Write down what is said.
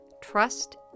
trust